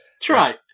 Try